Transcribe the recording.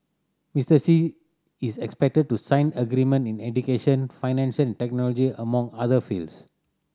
Mister Xi is expected to sign agreement in education finance and technology among other fields